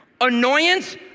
Annoyance